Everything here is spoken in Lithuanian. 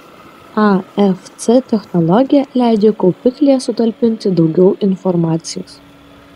afc technologija leidžia kaupiklyje sutalpinti daugiau informacijos